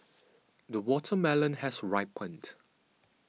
the watermelon has ripened